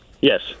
Yes